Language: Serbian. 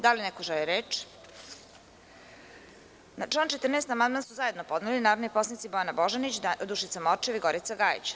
Da li neko želi reč? (Ne) Na član 14. amandman su zajedno podneli narodni poslanici Bojana Božanić, Dušica Morčev i Gorica Gajević.